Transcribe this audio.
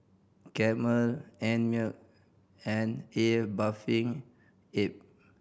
Camel Einmilk and A Bathing Ape